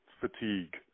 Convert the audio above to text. fatigue